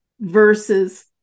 versus